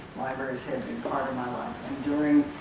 libraries have been part of my life and during